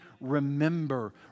remember